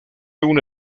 una